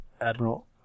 Admiral